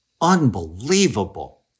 Unbelievable